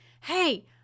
Hey